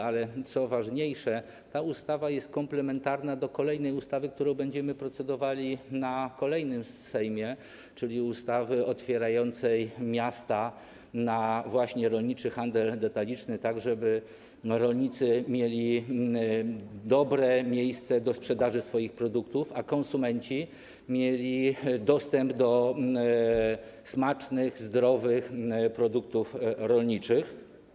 Ale, co ważniejsze, ta ustawa jest komplementarna z kolejną ustawą, którą będziemy procedowali na kolejnym posiedzeniu Sejmu, czyli ustawą otwierającą miasta właśnie na rolniczy handel detaliczny, tak żeby rolnicy mieli dobre miejsce do sprzedaży swoich produktów, a konsumenci dostęp do smacznych, zdrowych produktów rolniczych.